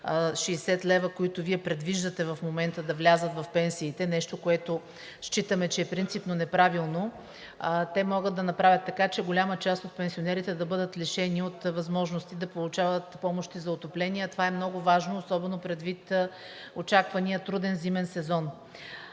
60 лв., които предвиждате в момента да влязат в пенсиите – нещо, което считаме, че е принципно неправилно, голяма част от пенсионерите да бъдат лишени от възможност да получават помощи за отопление, а това е много важно, особено предвид очаквания труден зимен сезон.